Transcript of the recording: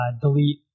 delete